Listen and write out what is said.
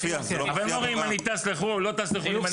אבל הם לא רואים אם אני טס לחו"ל, לא טס לחו"ל.